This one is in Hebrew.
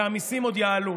והמיסים עוד יעלו".